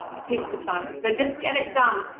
heaps of time, so just get it done,